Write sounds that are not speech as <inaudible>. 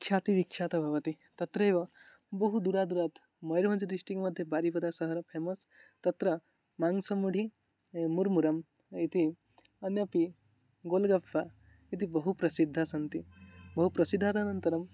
ख्यातिः विख्यातं भवति तत्रैव बहु दूरं दूरात् मैर्वञ्च डिष्टिक् मध्ये <unintelligible> तत्र मांसमुढि मुर्मुरम् इति अन्यदपि गोल्गप्पा इति बहु प्रसिद्धाः सन्ति बहु प्रसिद्धाः अनन्तरं